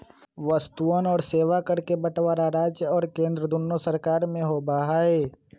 वस्तुअन और सेवा कर के बंटवारा राज्य और केंद्र दुन्नो सरकार में होबा हई